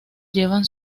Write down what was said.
llevan